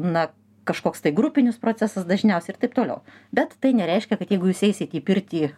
na kažkoks tai grupinis procesas dažniausiai ir taip toliau bet tai nereiškia kad jeigu jūs eisit į pirtį